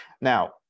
Now